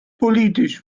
politisch